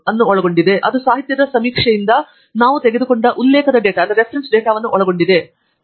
bib ಅನ್ನು ಒಳಗೊಂಡಿದೆ ಅದು ಸಾಹಿತ್ಯದ ಸಮೀಕ್ಷೆಯಿಂದ ನಾವು ತೆಗೆದುಕೊಂಡ ಉಲ್ಲೇಖ ಡೇಟಾವನ್ನು ಒಳಗೊಂಡಿದೆ